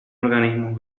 organismos